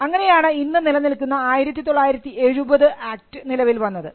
അങ്ങനെയാണു ഇന്നു നിലനിൽക്കുന്ന 1970 ആക്ട് നിലവിൽ വന്നത്